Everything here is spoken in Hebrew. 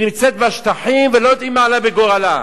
נמצאת בשטחים ולא יודעים מה עלה בגורלה.